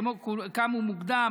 קמו מוקדם,